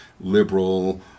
liberal